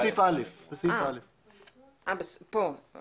במקום שיהיה אגף רווחה מקימים מפעלות רווחה.